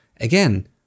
Again